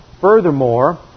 Furthermore